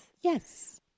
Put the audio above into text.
Yes